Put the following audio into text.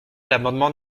l’amendement